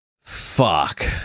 Fuck